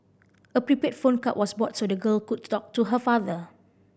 a prepaid phone card was bought so the girl could talk to her father